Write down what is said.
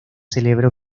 celebra